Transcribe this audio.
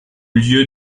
lieu